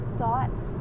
thoughts